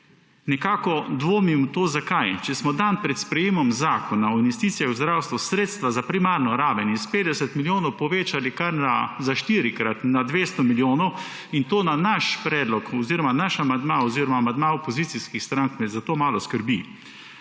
Nekako dvomim v to. Zakaj? Če smo dan pred sprejetjem zakona o investicijah v zdravstvo sredstva za primarno raven s 50 milijonov povečali kar za štirikrat na 200 milijonov, in to na naš predlog oziroma naš amandma oziroma amandma opozicijskih strank, me zato malo skrbi.